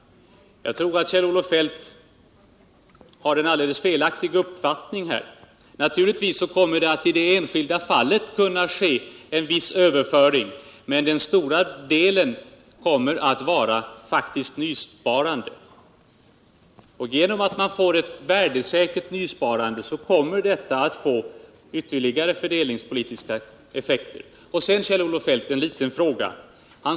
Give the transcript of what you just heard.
Jag tror att Kjell-Olof Feldt har en alldeles felaktig uppfattning på den punkten. Naturligtvis kommer det i det enskilda fallet att kunna ske en viss överföring, men den stora delen kommer att vara faktiskt nysparande. Genom att man får ett värdesäkert nysparande kommer ytterligare fördelningspolitiska effekter att uppstå. Vidare en liten fråga ull Kjell-Olof Feldt.